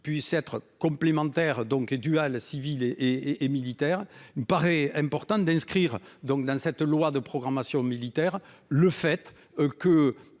puisse être complémentaires donc et dual, civil et et militaire. Il me paraît important d'inscrire donc dans cette loi de programmation militaire. Le fait que.